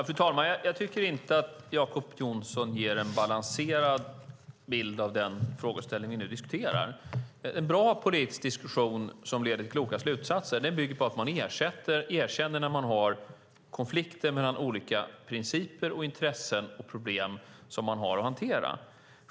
Fru talman! Jag tycker inte att Jacob Johnson ger en balanserad bild av den frågeställning vi nu diskuterar. En bra politisk diskussion som leder till kloka slutsatser bygger på att man erkänner när man har konflikter att hantera mellan olika principer, intressen och problem.